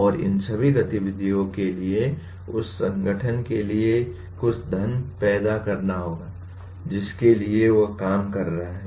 और इन सभी गतिविधियों के लिए उस संगठन के लिए कुछ धन पैदा करना होगा जिसके लिए वह काम कर रहा है